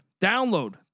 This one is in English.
download